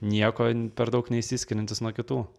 nieko per daug neišsiskiriantis nuo kitų